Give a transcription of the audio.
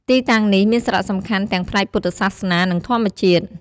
ទីតាំងនេះមានសារៈសំខាន់ទាំងផ្នែកពុទ្ធសាសនានិងធម្មជាតិ។